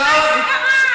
מתי זה קרה?